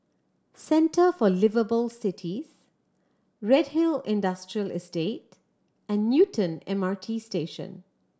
Centre for Liveable Cities Redhill Industrial Estate and Newton M R T Station